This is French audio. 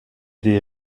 des